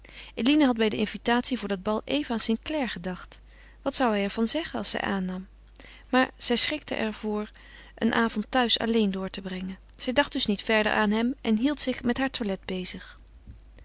eline had bij de invitatie voor dat bal even aan st clare gedacht wat zou hij er van zeggen als zij aannam maar zij schrikte er voor een avond thuis alleen door te brengen zij dacht dus niet verder aan hem en hield zich met haar toilet bezig